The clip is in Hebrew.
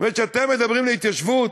זאת אומרת, כשאתם מדברים על התיישבות,